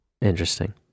Interesting